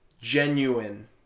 genuine